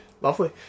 Lovely